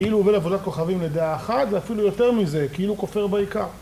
כאילו הוא עובר לעבודת כוכבים לדעה אחת ואפילו יותר מזה, כאילו הוא כופר בעיקר.